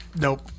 Nope